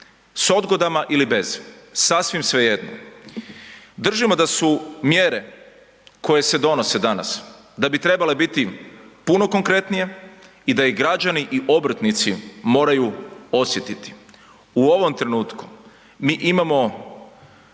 s odgodama ili bez, sasvim svejedno. Držimo da su mjere koje se donose danas da bi trebale biti puno konkretnije i da ih građani i obrtnici moraju osjetiti. U ovom trenutku mi imamo